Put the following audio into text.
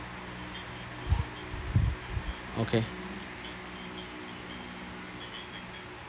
okay